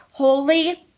Holy